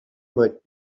might